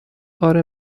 آره